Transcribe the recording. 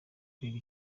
kwiga